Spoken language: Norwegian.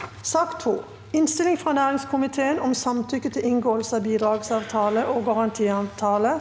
mai 2023 Innstilling fra næringskomiteen om Samtykke til inngåelse av bidragsavtale og garantiavtale